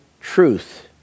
truth